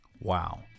wow